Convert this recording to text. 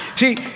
See